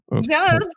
Yes